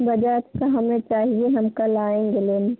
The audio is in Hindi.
बजाज का हमें चाहिए हम कल आएँगे लेने